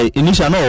initial